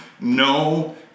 No